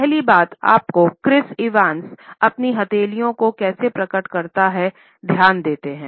पहली बात आपको क्रिस इवांस अपनी हथेलियों को कैसे प्रकट करता है ध्यान देना हैं